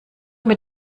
mit